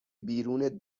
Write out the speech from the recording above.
بیرون